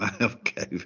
Okay